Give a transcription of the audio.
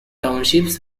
townships